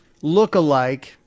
lookalike